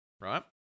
right